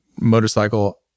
motorcycle